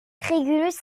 régulus